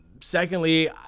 Secondly